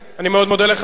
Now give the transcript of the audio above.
אני מאוד מודה לך.